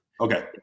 Okay